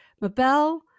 Mabel